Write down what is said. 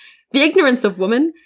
the ignorance of women,